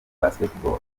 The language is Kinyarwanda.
basketball